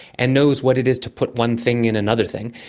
and knows what it is to put one thing in another thing.